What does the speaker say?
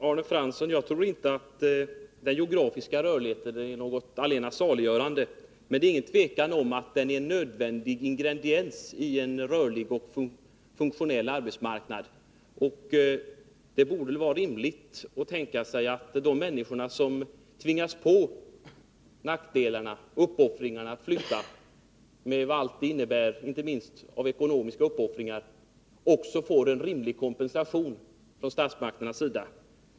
Herr talman! Jag tror inte, Arne Fransson, att geografisk rörlighet är något allena saliggörande. Men det är inga tvivel om att den är en nödvändig ingrediens i en rörlig och funktionell arbetsmarknad. Det borde vara rimligt att tänka sig att de människor som påtvingas nackdelarna och uppoffringarna av att flytta — med allt vad det innebär, inte minst i fråga om ekonomiska uppoffringar — också får en rimlig kompensation från statsmakterna.